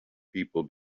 people